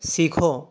सीखो